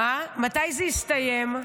מתי זה יסתיים?